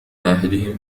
أحدهم